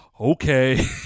okay